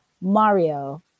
Mario